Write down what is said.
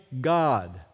God